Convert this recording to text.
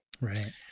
right